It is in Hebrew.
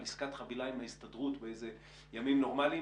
עסקת חבילה עם ההסתדרות בימים נורמליים,